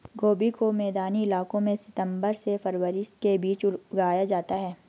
गोभी को मैदानी इलाकों में सितम्बर से फरवरी के बीच उगाया जाता है